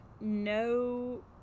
no